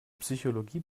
psychologie